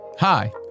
Hi